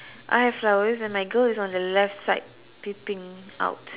I have flowers and my girl is on the left side peeping out